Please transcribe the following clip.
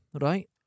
Right